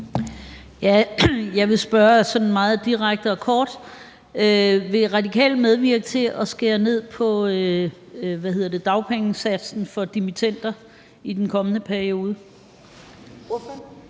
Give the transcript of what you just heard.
Jeg vil spørge sådan meget direkte og kort: Vil Radikale medvirke til at skære ned på dagpengesatsen for dimittender i den kommende periode?